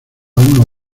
uno